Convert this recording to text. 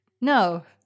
No